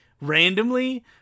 randomly